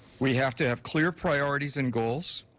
we have to have clear priorities and goals,